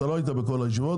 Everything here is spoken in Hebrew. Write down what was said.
אתה לא היית בכל הישיבות,